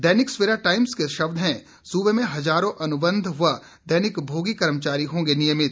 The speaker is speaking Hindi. दैनिक सवेरा टाइम्स के शब्द हैं सूबे में हजारों अनुबंध वे दैनिक भोगी कर्मचारी होंगे नियमित